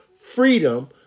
freedom